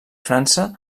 frança